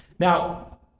Now